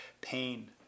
pain